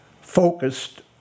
focused